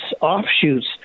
offshoots